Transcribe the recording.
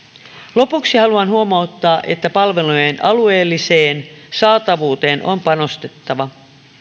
lopuksi haluan huomauttaa että palvelujen alueelliseen saatavuuteen on panostettava